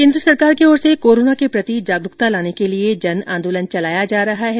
केन्द्र सरकार की ओर से कोरोना के प्रति जागरूकता लाने के लिए जन आंदोलन चलाया जा रहा है